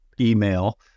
email